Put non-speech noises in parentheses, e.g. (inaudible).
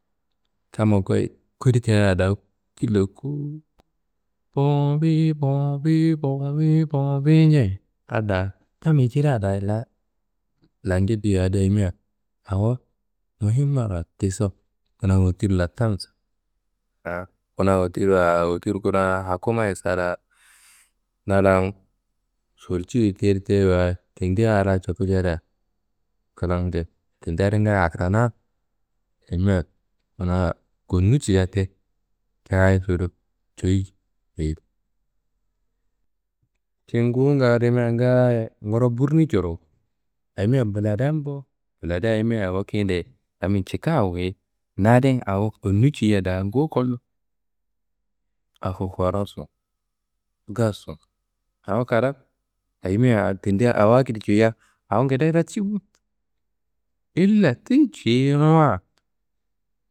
Kamma goyi kodi tea da killa kuwuwu bowombi bowombi bowombi bowombi nje adi da kammiyi ciria da la lancu duyia adi ayimia awo muhim marrawayit tiso kuna wotir lantanso (hesitation) kuna wotir (hesitation) wotir hakumayiye sa la (noise) na lan soworci tartei wayi tendi a la cottu ceda klambe. Tendi adi ngaaye hasana ayimia kuna konu ciyia ti cayi tudu ceyi. (hesitation) Ti nguwunga rimia ngaaye nguro burni coron ayimia buladiyan bo. Buladiya ayimia awo keyende (hesitation) cikan awoyeyi. Na adin awo konu ciyia da nguwu kosu. Ako koraso, gasso awo kada ayimia tendi awo akedi ciyia awo ngede raci bo ille tiyi ciyinuwa.